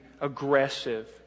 aggressive